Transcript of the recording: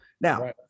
Now